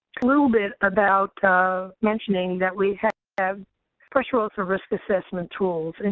little bit about mentioning that we have pressure ulcer risk assessment tools. and